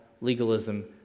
legalism